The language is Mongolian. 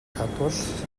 чадвал